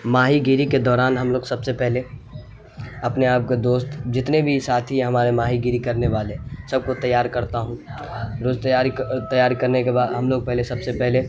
ماہی گیری کے دوران ہم لوگ سب سے پہلے اپنے آپ کو دوست جتنے بھی ساتھی ہمارے ماہی گیری کرنے والے سب کو تیار کرتا ہوں روز تیاری تیاری کرنے کے بعد ہم لوگ پہلے سب سے پہلے